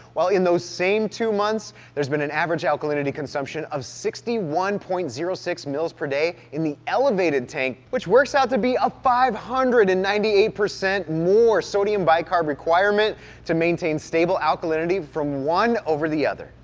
while in those same two months, there's been an average alkalinity consumption of sixty one point zero six mls per day in the elevated tank, which works out to be a five hundred and ninety eight percent more sodium bicarb requirement to maintain stable alkalinity from one over the other.